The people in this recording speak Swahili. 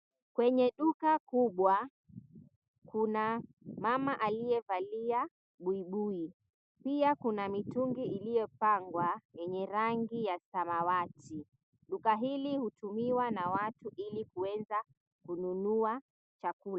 Kwenye duka kubwa, kuna mama aliyevalia buibui pia kuna mtungi iliyopangwa yenye rangi ya samawati. Duka hili hutumiwa na watu ili kuweza kununua chakula.